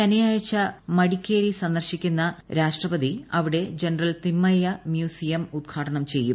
ശനിയാഴ്ച മടിക്കേരി സന്ദർശിക്കുന്ന രാഷ്ട്രപതി അവിടെ ജനറൽ തിമയ്യ മ്യൂസിയം ഉദ്ഘാടനം ചെയ്യും